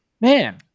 man